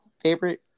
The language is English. favorite